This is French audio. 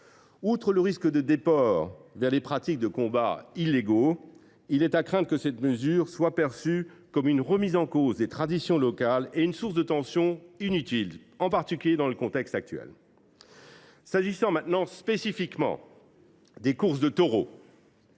Outre le risque d’un déport vers des pratiques de combats illégaux, il est à craindre que cette mesure soit perçue comme une remise en cause des traditions locales et une source de tensions inutile, surtout dans le contexte actuel. En ce qui concerne les courses de taureaux,